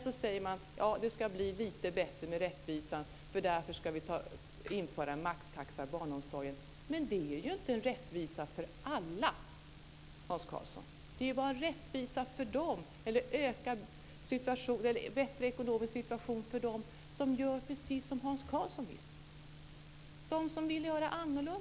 Så säger man att det ska bli lite bättre med rättvisan och att man därför ska införa maxtaxa i barnomsorgen. Men det är ju inte en rättvisa för alla, Hans Karlsson. Det innebär en bättre ekonomisk situation bara för dem som gör precis som Hans Karlsson vill.